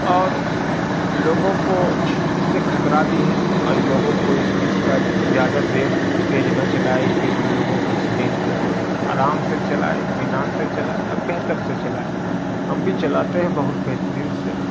اور لوگوں کو اس سے خطرہ بھی ہے اور لوگوں کو اس چیز کا زیادہ ریس تیز نہ چلائے کہ لوگوں کو ایکسیڈنٹ کر دے آرام سے چلائے اطمینان سے چلائے اور بہتر سے چلائے ہم بھی چلاتے ہیں بہت بہترین سے